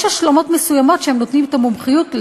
יש השלמות מסוימות שנותנים את המומחיות.